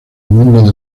mundo